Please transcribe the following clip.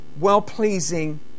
well-pleasing